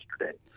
yesterday